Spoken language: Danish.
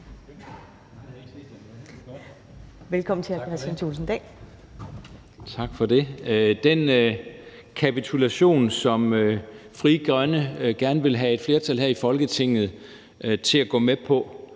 Velkommen til hr. Kristian Thulesen